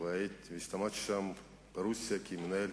כמה מוצאים?